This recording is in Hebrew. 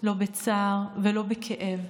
בצער ולא בכאב,